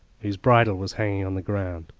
whose bridle was hanging on the ground.